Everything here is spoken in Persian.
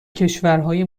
کشورهای